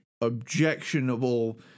objectionable